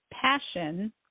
passion